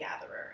gatherer